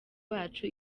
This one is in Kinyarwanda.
wacu